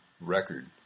record